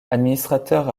administrateur